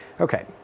okay